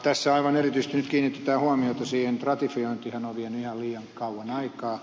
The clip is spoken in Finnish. tässä aivan erityisesti nyt kiinnitetään huomiota siihen että ratifiointihan on vienyt ihan liian kauan aikaa